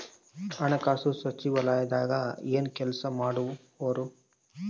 ಹಣಕಾಸು ಸಚಿವಾಲಯದಾಗ ಏನು ಕೆಲಸ ಮಾಡುವರು?